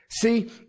See